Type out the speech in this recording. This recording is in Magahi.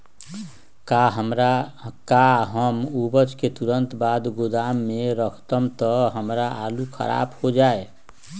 का हम उपज के तुरंत बाद गोदाम में रखम त हमार आलू खराब हो जाइ?